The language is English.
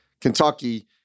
Kentucky